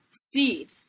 seed